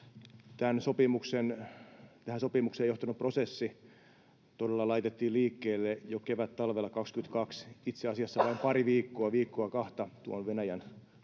Tähän sopimukseen johtanut prosessi todella laitettiin liikkeelle jo kevättalvella 22, itse asiassa vain pari viikkoa, viikkoa kahta, tuon Venäjän